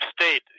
state